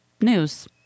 news